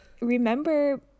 remember